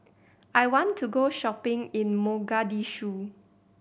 I want to go shopping in Mogadishu